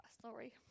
Sorry